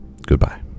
Goodbye